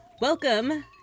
Welcome